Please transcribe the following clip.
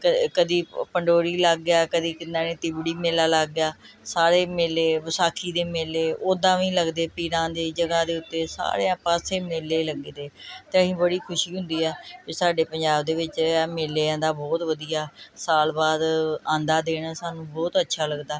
ਅਤੇ ਕਦੀ ਪੰਡੋਰੀ ਲੱਗ ਗਿਆ ਕਦੀ ਕਿੰਨਾਂ ਨੇ ਤਿਬੜੀ ਮੇਲਾ ਲੱਗ ਗਿਆ ਸਾਰੇ ਮੇਲੇ ਵਿਸਾਖੀ ਦੇ ਮੇਲੇ ਉਦਾਂ ਵੀ ਲੱਗਦੇ ਪੀਰਾਂ ਦੇ ਜਗ੍ਹਾ ਦੇ ਉੱਤੇ ਸਾਰਿਆਂ ਪਾਸੇ ਮੇਲੇ ਲੱਗਦੇ ਅਤੇ ਅਸੀਂ ਬੜੀ ਖੁਸ਼ੀ ਹੁੰਦੀ ਹੈ ਵੀ ਸਾਡੇ ਪੰਜਾਬ ਦੇ ਵਿੱਚ ਇਹ ਮੇਲਿਆਂ ਦਾ ਬਹੁਤ ਵਧੀਆ ਸਾਲ ਬਾਅਦ ਆਉਂਦਾ ਦਿਨ ਸਾਨੂੰ ਬਹੁਤ ਅੱਛਾ ਲੱਗਦਾ